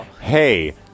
hey